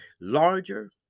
larger